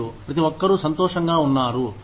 మరియు ప్రతి ఒక్కరూ సంతోషంగా ఉన్నారు